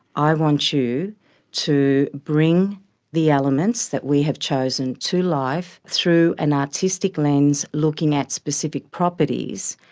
i want you to bring the elements that we have chosen to life through an artistic lens, looking at specific properties,